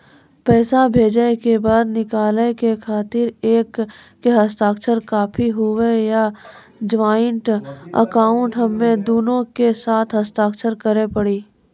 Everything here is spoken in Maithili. पैसा भेजै के बाद निकाले के खातिर एक के हस्ताक्षर काफी हुई या ज्वाइंट अकाउंट हम्मे दुनो के के हस्ताक्षर करे पड़ी?